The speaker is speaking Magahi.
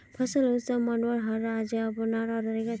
फसल उत्सव मनव्वार हर राज्येर अपनार तरीका छेक